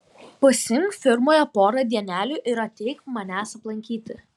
pasiimk firmoje porą dienelių ir ateik manęs aplankyti